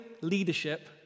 leadership